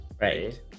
Right